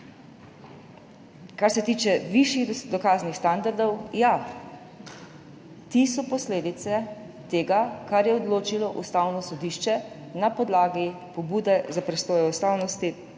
Kar se tiče višjih dokaznih standardov. Ja, ti so posledica tega, kar je odločilo Ustavno sodišče na podlagi pobude za presojo ustavnosti